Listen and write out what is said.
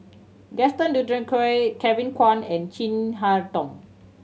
Gaston Dutronquoy Kevin Kwan and Chin Harn Tong